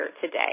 today